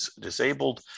disabled